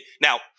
Now